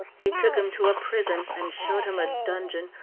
he took him to a prison and showed him a dungeon,